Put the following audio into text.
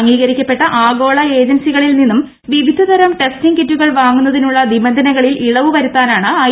അംഗീകരിക്കപ്പെട്ട ആഗോള ഏജൻസികളിൽ നിന്നും വിവിധ തരം ടെസ്റ്റിങ്ങ് കിറ്റുകൾ വാങ്ങുന്നതിനുള്ള നിബന്ധനകളിൽ ഇളവു വരുത്താനാണ് ഐ